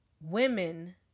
women